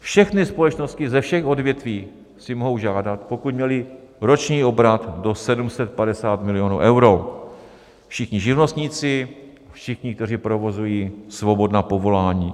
Všechny společnosti ze všech odvětví si mohou žádat, pokud měly roční obrat do 750 milionů euro všichni živnostníci, všichni, kteří provozují svobodná povolání.